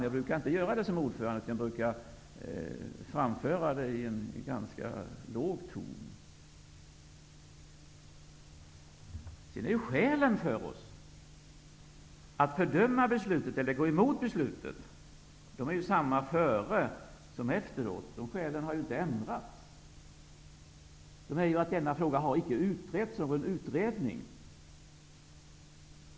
Som ordförande brukar jag inte göra det, utan jag brukar framföra dem i en ganska låg ton. Skälet till att vi fördömer beslutet, eller går emot beslutet, är desamma före som efteråt. Detta skäl har inte ändrats. Skälen är att denna fråga inte har utretts av någon utredning.